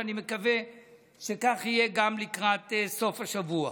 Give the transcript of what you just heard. ואני מקווה שכך יהיה גם לקראת סוף השבוע.